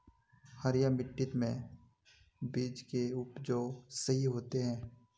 हरिया मिट्टी में बीज के उपज सही होते है?